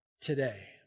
today